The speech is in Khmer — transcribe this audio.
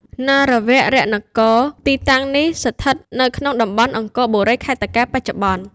នរវរនគរ ទីតាំងនេះស្ថិតនៅក្នុងតំបន់ អង្គរបុរី ខេត្តតាកែវ បច្ចុប្បន្ន។